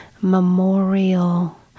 memorial